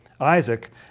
Isaac